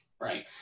right